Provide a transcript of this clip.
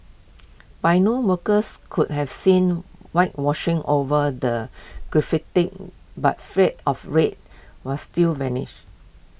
by noon workers could have seen whitewashing over the graffiti but of red were still vanish